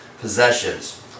possessions